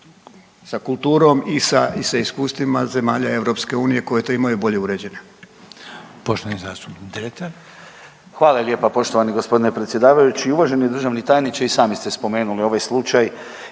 sa kulturom i sa iskustvima zemalja EU koje to imaju bolje uređeno.